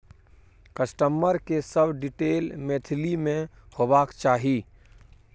customer के सब detail Maithili में होबाक चाही